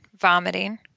vomiting